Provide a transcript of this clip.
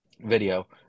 video